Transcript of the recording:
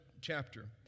chapter